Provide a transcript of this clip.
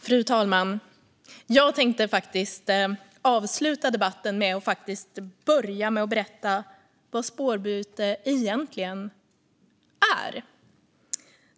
Fru talman! Jag tänkte avsluta denna debatt med att berätta vad spårbyte egentligen är.